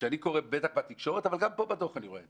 כשאני קורא, בטח בתקשורת אבל גם בדוח, אני רואה את